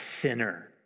sinner